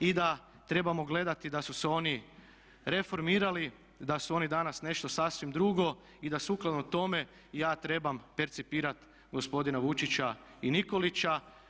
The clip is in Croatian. I da trebamo gledati da su se oni reformirali, da su oni danas nešto sasvim drugo i da sukladno tome ja trebam percipirati gospodina Vučića i Nikolića.